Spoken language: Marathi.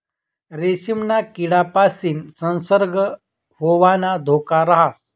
रेशीमना किडापासीन संसर्ग होवाना धोका राहस